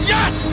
Yes